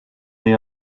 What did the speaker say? the